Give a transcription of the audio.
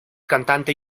cantante